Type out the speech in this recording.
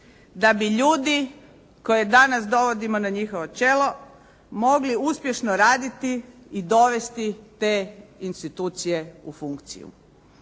da bi ljudi koje danas dovodimo na njihovo čelo mogli uspješno raditi i dovesti te institucije u funkciju.